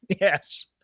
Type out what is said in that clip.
Yes